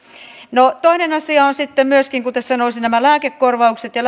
toinen asia on sitten myöskin kun tässä nousivat nämä lääkekorvaukset ja